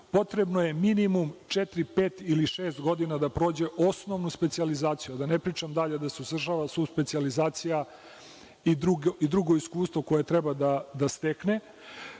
potrebno je minimum četiri, pet ili šest godina da prođe osnovnu specijalizaciju, a da ne pričam da se završava subspecijalizacija i drugo iskustvo koje treba da stekne.